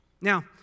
Now